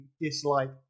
dislike